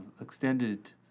extended